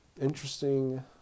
interesting